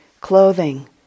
clothing